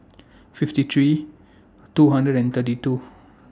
fifty three two hundred and thirty two